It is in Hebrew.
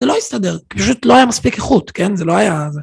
זה לא הסתדר, פשוט לא היה מספיק איכות, כן? זה לא היה...זה